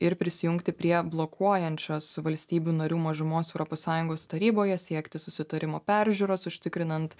ir prisijungti prie blokuojančios valstybių narių mažumos europos sąjungos taryboje siekti susitarimo peržiūros užtikrinant